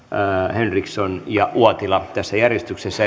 henriksson ja uotila tässä järjestyksessä